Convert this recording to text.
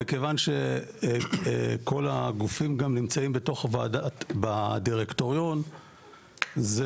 מכיוון שכל הגופים גם נמצאים בתוך הוועדה בדירקטוריון זה,